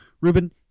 Ruben